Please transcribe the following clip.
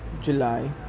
July